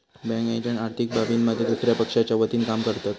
bank agent आर्थिक बाबींमध्ये दुसया पक्षाच्या वतीनं काम करतत